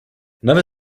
never